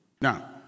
Now